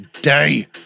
day